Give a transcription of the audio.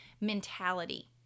mentality